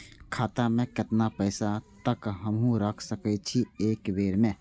खाता में केतना पैसा तक हमू रख सकी छी एक बेर में?